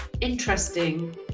interesting